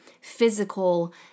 physical